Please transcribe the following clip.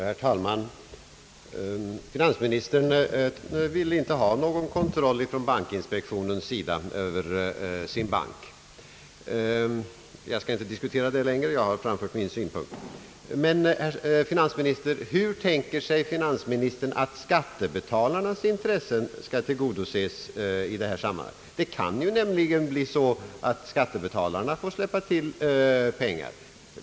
Herr talman! Finansministern vill inte ha någon kontroll från bankinspektionens sida över sin bank. Jag skall inte diskutera det längre. Jag har framfört min synpunkt. Men, herr finansminister, hur tänker sig finansministern att skattebetalarnas intressen skall tillgodoses i det här sammanhanget? Det kan nämligen bli så, att skattebetalarna får släppa till pengar.